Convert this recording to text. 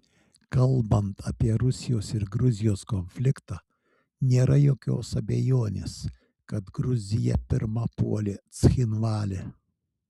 kalbant apie rusijos ir gruzijos konfliktą nėra jokios abejonės kad gruzija pirma puolė cchinvalį